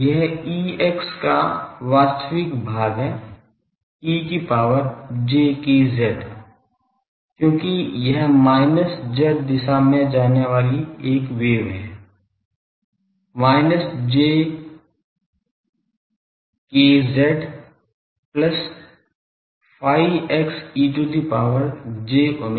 यह Ex का वास्तविक भाग है e की पावर j k z क्योंकि यह minus z दिशा में जाने वाली एक वेव है minus j k z plus phi x e to power j omega t